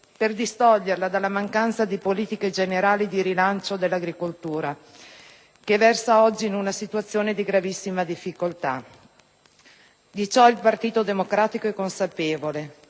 per distoglierla dalla mancanza di politiche generali di rilancio dell'agricoltura, che versa oggi in una situazione di gravissima difficoltà. Di ciò il Partito Democratico è consapevole